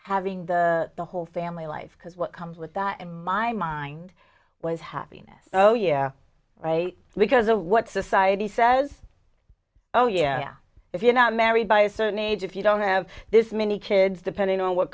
having the whole family life because what comes with that in my mind was happiness oh yeah right because of what society says oh yeah if you're not married by a certain age if you don't have this many kids depending on what